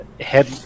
head